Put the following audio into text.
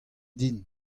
din